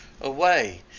away